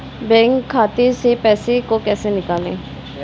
Bank खाते से पैसे को कैसे निकालें?